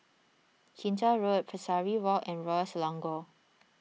Kinta Road Pesari Walk and Royal Selangor